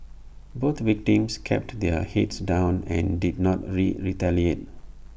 both victims kept their heads down and did not re retaliate